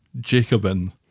Jacobin